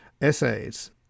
essays